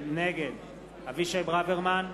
נגד אבישי ברוורמן,